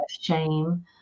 shame